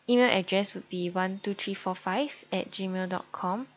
email address would be one two three four five at gmail dot com